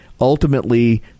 ultimately